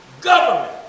government